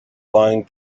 lying